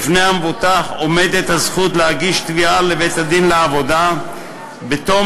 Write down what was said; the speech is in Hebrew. בפני המבוטח עומדת הזכות להגיש תביעה לבית-הדין לעבודה בתום